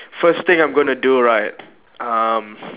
first thing I'm gonna do right um